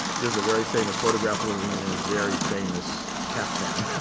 there's a very famous photograph of him in in his very famous caftan,